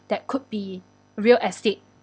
that could be real estate